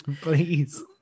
please